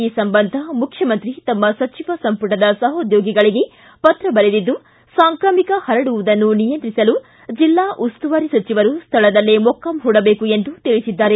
ಈ ಸಂಬಂಧ ಮುಖ್ಯಮಂತ್ರಿ ತಮ್ಮ ಸಚಿವ ಸಂಪುಟದ ಸಹೋದ್ಯೋಗಿಗಳಿಗೆ ಪತ್ರ ಬರೆದಿದ್ದು ಸಾಂಕ್ರಾಮಿಕ ಪರಡುವುದನ್ನು ನಿಯಂತ್ರಿಸಲು ಜಿಲ್ಲಾ ಉಸ್ತುವಾರಿ ಸಚಿವರು ಸ್ವಳದಲ್ಲೇ ಮೊಕ್ಕಾಂ ಹೂಡಬೇಕು ಎಂದು ತಿಳಿಸಿದ್ದಾರೆ